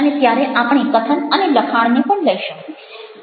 અને ત્યારે આપણે કથન અને લખાણને પણ લઈશું